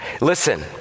Listen